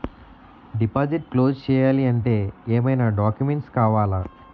Deposit close చేయాలి అంటే ఏమైనా డాక్యుమెంట్స్ కావాలా?